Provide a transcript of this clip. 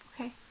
Okay